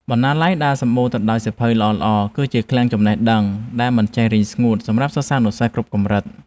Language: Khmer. បណ្ណាល័យដែលសំបូរទៅដោយសៀវភៅល្អៗ គឺជាឃ្លាំងចំណេះដឹងដែលមិនចេះរីងស្ងួតសម្រាប់សិស្សានុសិស្សគ្រប់កម្រិត។